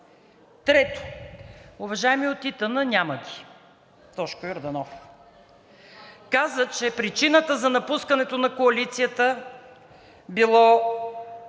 Трето, уважаеми от ИТН – няма ги, Тошко Йорданов, каза, че причината за напускането на Коалицията било